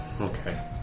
Okay